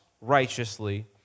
righteously